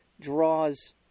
draws